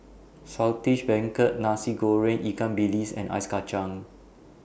Saltish Beancurd Nasi Goreng Ikan Bilis and Ice Kacang